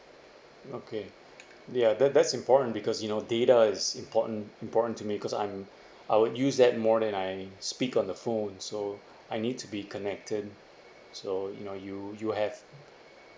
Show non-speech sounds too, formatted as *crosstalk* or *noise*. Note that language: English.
okay ya that that's important because you know data is important important to me because I'm *breath* I would use that more than I speak on the phone so I need to be connected so you know you you have